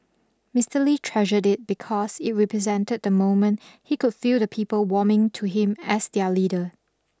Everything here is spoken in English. Mister Lee treasured it because it represented the moment he could feel the people warming to him as their leader